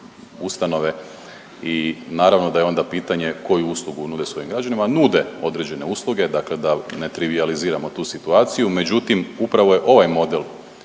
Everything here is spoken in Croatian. ustanove i naravno da je onda pitanje koju uslugu nude svojim građanima. Nude određene usluge, dakle da ne trivijaliziramo tu situaciju, međutim upravo je ovaj model